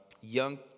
young